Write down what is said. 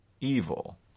evil